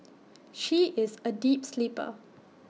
she is A deep sleeper